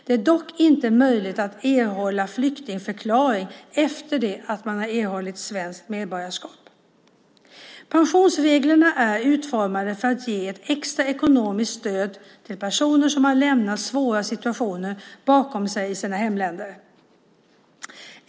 Det är dock inte möjligt att erhålla en flyktingförklaring efter att man erhållit svenskt medborgarskap. Pensionsreglerna är utformade för att ge ett extra ekonomiskt stöd till personer som har lämnat svåra situationer bakom sig i sina hemländer.